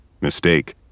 Mistake